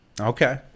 Okay